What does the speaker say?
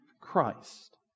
Christ